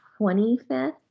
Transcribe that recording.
25th